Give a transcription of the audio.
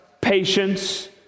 patience